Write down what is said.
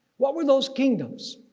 what were those kingdoms?